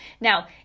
Now